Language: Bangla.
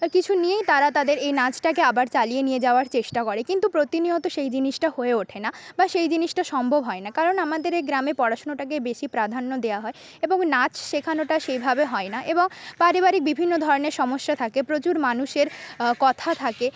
কিছু নিয়েই তাঁরা তাঁদের এই নাচটাকে আবার চালিয়ে নিয়ে যাওয়ার চেষ্টা করে কিন্তু প্রতিনিয়ত সেই জিনিসটা হয়ে ওঠে না বা সেই জিনিসটা সম্ভব হয় না কারণ আমাদের এই গ্রামে পড়াশুনোটাকে বেশি প্রাধান্য দেওয়া হয় এবং নাচ শেখানোটা সেভাবে হয় না এবং পারিবারিক বিভিন্ন ধরনের সমস্যা থাকে প্রচুর মানুষের কথা থাকে